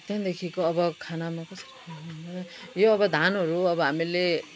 त्यहाँदेखिको अब खानामा कसरी अब धानहरू अब हामीले